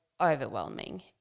overwhelming